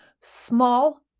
small